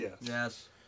Yes